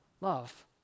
love